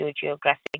geographic